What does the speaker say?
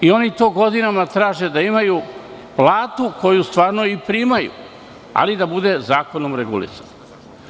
I oni to godinama traže, da imaju platu koju stvarno i primaju, ali da bude zakonom regulisana.